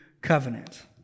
covenant